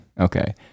Okay